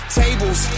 tables